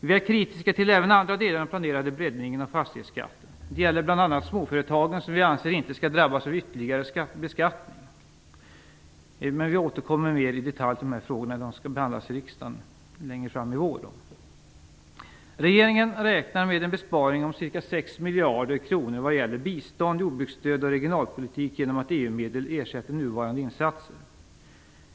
Vi är kritiska till även andra delar av den planerade breddningen av fastighetsskatten. Det gäller bl.a. småföretagen, som vi anser inte bör drabbas av ytterligare beskattning. Vi återkommer mer i detalj i dessa frågor, som behandlas av riksdagen längre fram i vår. Regeringen räknar med en besparing på ca 6 miljarder kronor vad gäller bistånd, jordbruksstöd och regionalpolitik genom att EU-medel ersätter nuvarande insatser.